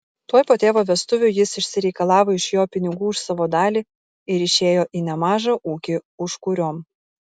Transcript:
tuoj po tėvo vestuvių jis išsireikalavo iš jo pinigų už savo dalį ir išėjo į nemažą ūkį užkuriom